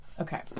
Okay